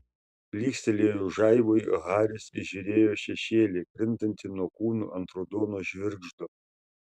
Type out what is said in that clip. blykstelėjus žaibui haris įžiūrėjo šešėlį krintantį nuo kūnų ant raudono žvirgždo